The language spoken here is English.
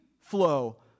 flow